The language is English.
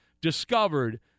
discovered